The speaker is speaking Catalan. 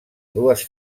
dues